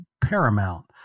paramount